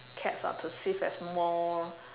cats are perceived as more